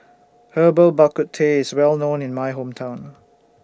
Herbal Bak Ku Teh IS Well known in My Hometown